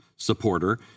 supporter